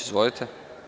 Izvolite.